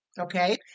okay